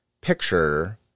picture